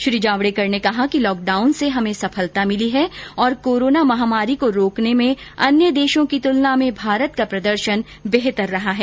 श्री जावड़ेकर ने कहा कि लॉकडाउन से हमें सफलता मिली है और कोरोना महामारी को रोकने में अन्य देशों की तुलना में भारत का प्रदर्शन बेहतर रहा है